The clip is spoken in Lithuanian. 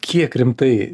kiek rimtai